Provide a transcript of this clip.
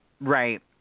right